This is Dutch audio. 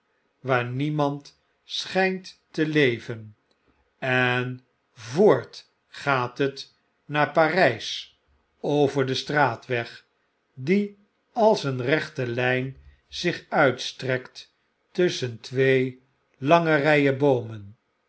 waar niemand schijnt te leven en voort gaat het naar parijs over den straatweg die als een rechte lyn zich uitstrekt tusschen twee lange ryen boomen